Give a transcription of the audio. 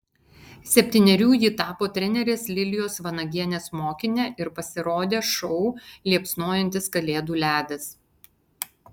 septynerių ji tapo trenerės lilijos vanagienės mokine ir pasirodė šou liepsnojantis kalėdų ledas